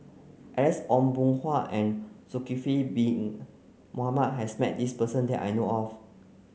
Alex Ong Boon Hau and Zulkifli Bin Mohamed has met this person that I know of